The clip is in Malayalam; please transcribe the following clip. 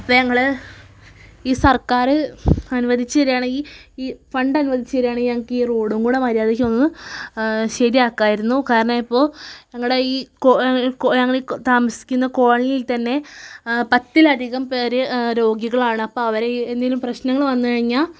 അപ്പം ഞങ്ങൾ ഈ സർക്കാർ അനുവദിച്ച് തരുകയാണെങ്കിൽ ഈ ഫണ്ട് അനുവദിച്ചു തരികയാണെങ്കിൽ ഞങ്ങൾക്ക് ഈ റോഡും കൂടെ മര്യാദയ്ക്ക് ഒന്ന് ശരിയാക്കാമായിരുന്നു കാരണം ഇപ്പോൾ ഞങ്ങളുടെ ഈ ഞങ്ങൾ ഈ താമസിക്കുന്ന കോളനിയിൽ തന്നെ പത്തിൽ അധികം പേർ രോഗികളാണ് അപ്പം അവർ എന്തെങ്കിലും പ്രശ്നങ്ങൾ വന്നു കഴിഞ്ഞാൽ